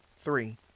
three